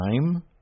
time